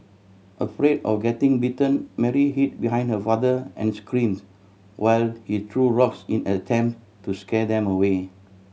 afraid of getting bitten Mary hid behind her father and screamed while he threw rocks in an attempt to scare them away